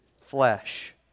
flesh